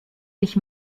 ich